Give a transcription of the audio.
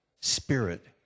spirit